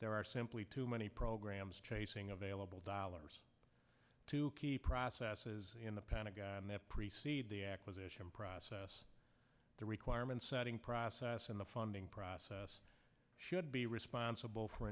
there are simply too many programs chasing available dollars to keep processes in the pentagon that preceded the acquisition process the requirement setting process in the funding process should be responsible for